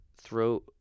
throw